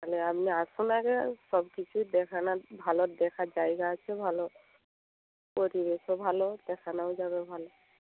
তাহলে আপনি আসুন আগে সব কিছু দেখানা ভালো দেখার জায়গা আছে ভালো পরিবেশও ভালো দেখানাও যাবে ভালো